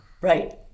Right